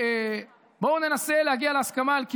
בואו ננסה להגיע להסכמה על קידום.